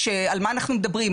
כשעל מה אנחנו מדברים?